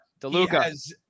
DeLuca